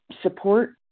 support